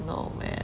no man